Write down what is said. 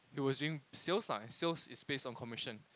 he was doing sales lah and sales is based on commission